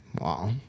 Wow